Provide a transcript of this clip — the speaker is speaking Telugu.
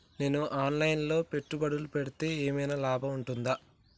నేను ఆన్ లైన్ లో పెట్టుబడులు పెడితే ఏమైనా లాభం ఉంటదా?